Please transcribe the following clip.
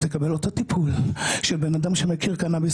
תקבל אותו טיפול של בנאדם שמכיר קנאביס